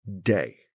day